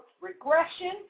regression